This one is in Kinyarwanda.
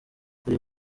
kuri